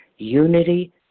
Unity